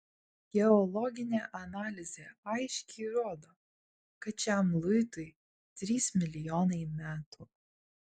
geologinė analizė aiškiai rodo kad šiam luitui trys milijonai metų